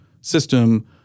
system